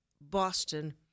Boston